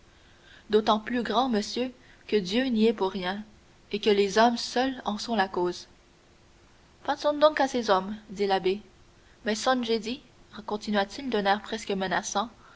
d'autant plus grand monsieur que dieu n'y est pour rien et que les hommes seuls en sont cause passons donc à ces hommes dit l'abbé mais songez-y continua-t-il d'un air presque menaçant